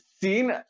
seen